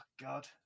God